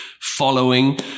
following